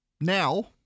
now